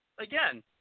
again